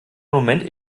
moment